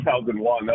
2001